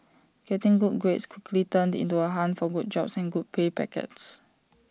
getting good grades quickly turned into the hunt for good jobs and good pay packets